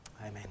Amen